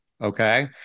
Okay